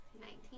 Nineteen